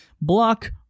Block